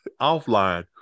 offline